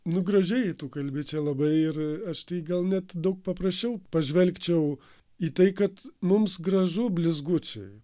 nu gražiai tu kalbi čia labai ir aš tai gal net daug paprasčiau pažvelgčiau į tai kad mums gražu blizgučiai